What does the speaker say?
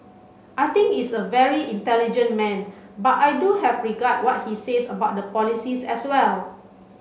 I think is a very intelligent man but I do have regard what he says about the polices as well